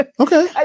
Okay